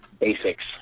basics